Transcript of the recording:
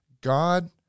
God